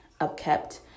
upkept